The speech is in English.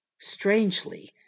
Strangely